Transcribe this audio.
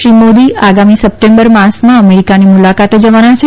શ્રી મોદી આગામી સપ્ટેમ્બર માસમાં અમેરિકાની મુલાકાતે જવાના છે